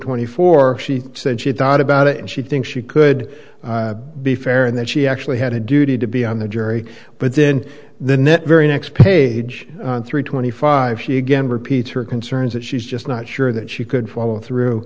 twenty four she said she thought about it and she thinks she could be fair and that she actually had a duty to be on the jury but then the net very next page three twenty five she again repeats her concerns that she's just not sure that she could follow through